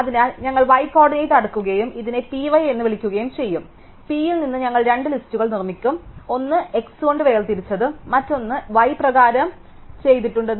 അതിനാൽ ഞങ്ങൾ y കോർഡിനേറ്റിൽ അടുക്കുകയും ഇതിനെ Py എന്ന് വിളിക്കുകയും ചെയ്യും അതിനാൽ P യിൽ നിന്ന് ഞങ്ങൾ രണ്ട് ലിസ്റ്റുകൾ നിർമ്മിക്കും ഒന്ന് x കൊണ്ട് വേർതിരിച്ചതും മറ്റൊന്ന് y പ്രകാരം അടുക്കുന്നതും